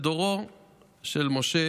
דורו של משה